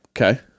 Okay